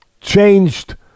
changed